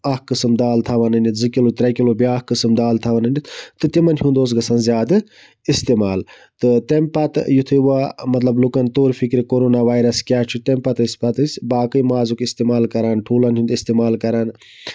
اکھ قسٕم دال تھاوان أنِتھ زٕ کِلوٗ ترٛےٚ کِلوٗ بیاکھ قسٕم دال تھاوان أنِتھ تہٕ تِمن ہُند اوس گژھان زیادٕ اِستعمال تہٕ تَمہِ پَتہٕ یِتھُے ووٚں مطلب لوٗکَن تور فِکری کرونا وایرَس کیاہ چھُ تَمہِ پَتہٕ ٲسۍ أسۍ پَتہٕ أسۍ باقٕے مازُک اِستعمال کران ٹھوٗلَن ہُند اِستعمال کران